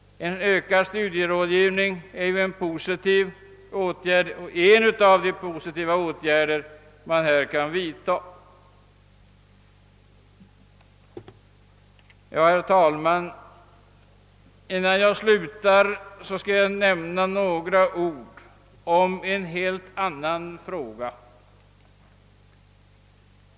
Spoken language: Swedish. En ökning av studierådgivningens omfattning är en av de positiva åtgärder som man här kan vidta. Herr talman! Innan jag slutar skall jag med några ord beröra en helt annan fråga.